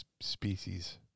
species